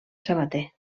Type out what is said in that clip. sabater